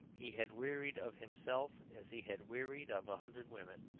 he had wearied of himself as he had wearied of a hundred women.